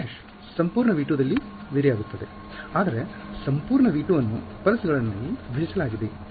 r′ ಸಂಪೂರ್ಣ V2 ದಲ್ಲಿ vary ಆಗುತ್ತದೆ ಆದರೆ ಸಂಪೂರ್ಣ V2 ಅನ್ನು ಪಲ್ಸ್ ಗಳನ್ನಗಿ ವಿಭಜಿಸಲಾಗಿದೆ